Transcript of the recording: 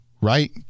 right